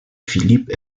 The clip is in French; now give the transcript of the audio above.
philippe